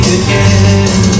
again